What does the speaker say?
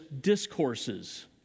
discourses